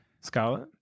Scarlet